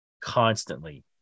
constantly